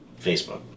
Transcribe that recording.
Facebook